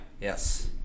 yes